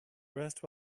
rest